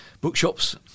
bookshops